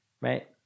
right